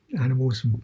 animals